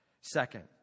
Second